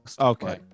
Okay